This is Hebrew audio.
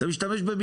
אני מספר לך אדוני,